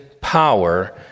power